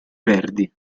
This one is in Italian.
verdi